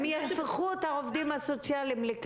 הם יהפכו את העובדים הסוציאליים ואת המדריכים